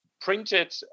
printed